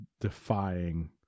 defying